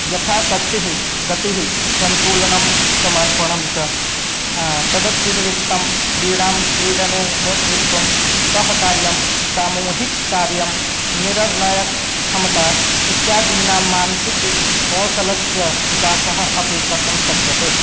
यथा शक्तिः गतिः सन्तुलनं समर्पणं च तदतिरिक्तं क्रीडां क्रीडने नेतृत्वं सहकार्यं सामूहिककार्यं निर्णयक्षमता इत्यादीनां मानसिककौशलस्य विकासः अपि कर्तुं शक्यते